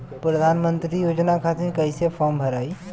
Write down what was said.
प्रधानमंत्री योजना खातिर कैसे फार्म भराई?